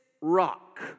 rock